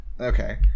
okay